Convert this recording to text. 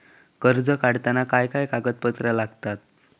कर्ज काढताना काय काय कागदपत्रा लागतत?